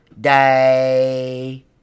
day